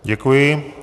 Děkuji.